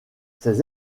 ces